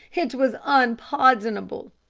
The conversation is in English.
it was unpardonable.